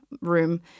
room